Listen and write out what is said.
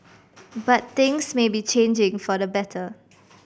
but things may be changing for the better